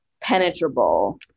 penetrable